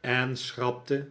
en david copperfield schrapte